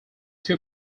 two